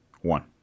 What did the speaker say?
One